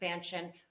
expansion